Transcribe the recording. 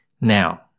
Now